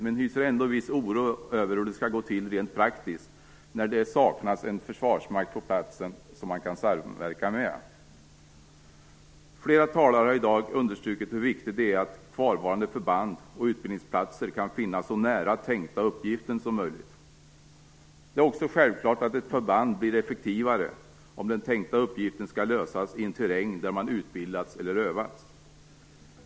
Men jag hyser ändå en viss oro över hur det skall gå till rent praktiskt när det saknas en försvarsmakt på platsen som man kan samverka med. Flera talare har här i dag understrukit hur viktigt det är att kvarvarande förband och utbildningsplatser finns så nära den tänkta uppgiften som möjligt. Det är också självklart att ett förband blir effektivare om den tänkta uppgiften skall lösas i en terräng där man utbildats eller övats.